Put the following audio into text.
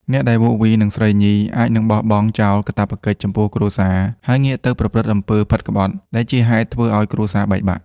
អ្នកដែលវក់វីនឹងស្រីញី អាចនឹងបោះបង់ចោលកាតព្វកិច្ចចំពោះគ្រួសារ ហើយងាកទៅប្រព្រឹត្តអំពើផិតក្បត់ ដែលជាហេតុធ្វើឲ្យគ្រួសារបែកបាក់។